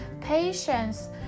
patience